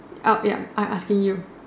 out ya I asking you